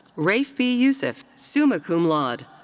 raef b. youssef, summa cum laude.